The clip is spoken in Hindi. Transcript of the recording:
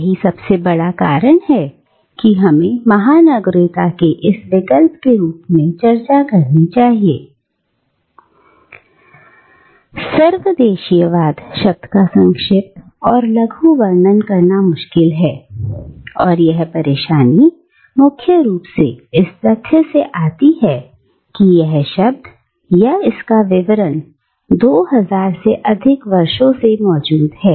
यही सबसे बड़ा कारण है कि हमें महानगरीयता के इस विकल्प के रूप में चर्चा करनी चाहिए सर्वदेशीयवाद शब्द का संक्षिप्त और लघु लघु वर्णन करना मुश्किल है और यह परेशानी मुख्य रूप से इस तथ्य से आती है कि यह शब्द या इसका विवरण2 000 से अधिक वर्षों से मौजूद है